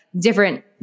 different